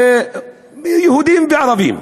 יהודים וערבים,